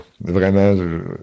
Vraiment